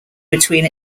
between